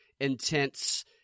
intense